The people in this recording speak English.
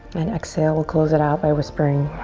and exhale, we'll close it out by whispering